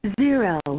zero